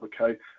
okay